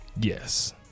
Yes